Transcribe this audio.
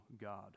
God